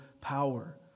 power